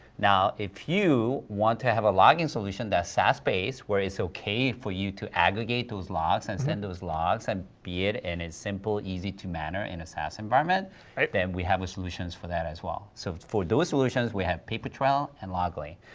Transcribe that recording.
now, if you want to have a logging solution that's sas-based, where it's okay for you to aggregate those logs m-hmm and send those logs and be it in a simple, easy to manner in a sas environment right. then we have solutions for that as well. so for those solutions, we have papertrail and loggly.